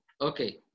Okay